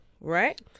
right